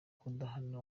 kudahana